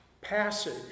passage